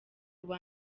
uwa